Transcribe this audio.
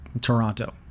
Toronto